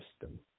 system